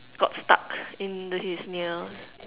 got stuck in th~ his nails